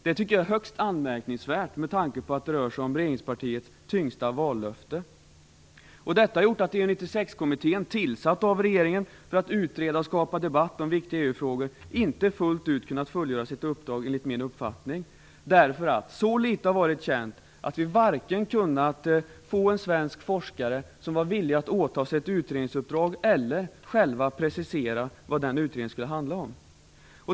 Det tycker jag är högst anmärkningsvärt med tanke på att det rör sig om regeringspartiets tyngsta vallöfte. Det här har gjort att EU 96-kommittén - som har tillsatts av regeringen för att utreda och skapa debatt om viktiga EU-frågor - inte fullt ut kunnat fullgöra sitt uppdrag, enligt min uppfattning. Eftersom så litet har varit känt har vi varken kunnat få tag på en svensk forskare som var villig att åta sig ett utredningsuppdrag eller själv precisera vad den utredningen skulle handla om.